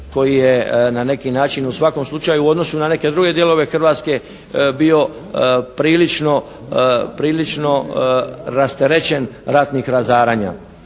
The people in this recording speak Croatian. koji je na neki način u svakom slučaju u odnosu na neke druge dijelove Hrvatske bio prilično rasterećen ratnih razaranja.